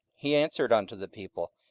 he answered unto the people,